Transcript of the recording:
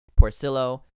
Porcillo